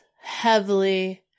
heavily